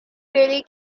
really